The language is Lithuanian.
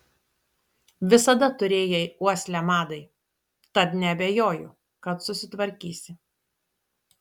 visada turėjai uoslę madai tad neabejoju kad susitvarkysi